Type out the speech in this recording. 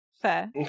fair